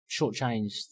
shortchanged